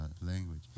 language